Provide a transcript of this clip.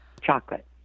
chocolate